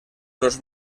los